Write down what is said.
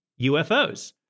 UFOs